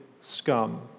scum